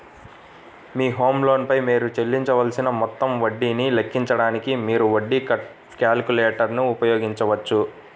మీ home loan పై మీరు చెల్లించవలసిన మొత్తం వడ్డీని లెక్కించడానికి, మీరు వడ్డీ క్యాలిక్యులేటర్ ఉపయోగించవచ్చు